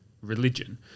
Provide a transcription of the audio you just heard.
religion